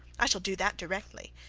i shall do that directly.